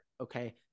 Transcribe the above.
Okay